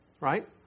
right